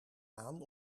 aan